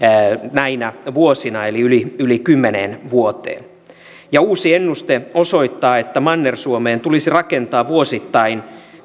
näinä vuosina eli yli yli kymmeneen vuoteen uusi ennuste osoittaa että manner suomeen tulisi rakentaa vuosittain